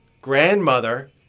grandmother